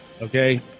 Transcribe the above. Okay